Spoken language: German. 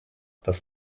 das